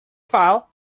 file